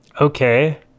okay